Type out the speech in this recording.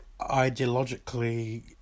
ideologically